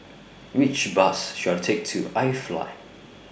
Which Bus should I Take to IFly